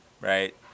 right